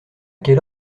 quelle